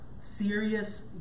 serious